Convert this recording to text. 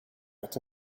met